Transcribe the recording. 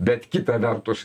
bet kita vertus